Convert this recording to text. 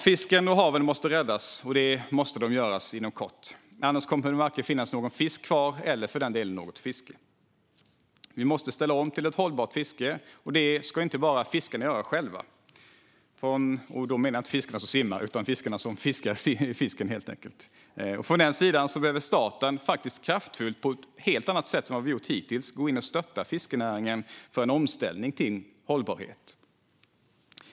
Fisken och haven måste räddas - och det måste ske inom kort. Annars kommer det att varken finnas någon fisk kvar eller för den delen något fiske. Vi måste ställa om till ett hållbart fiske, och det ska inte bara fiskarna göra själva. Jag menar inte fiskarna som simmar utan fiskarna som fiskar fisken. Från den sidan behöver staten kraftfullt, på ett helt annat sätt än hittills, gå in och stötta fiskenäringen för en omställning till hållbarhet.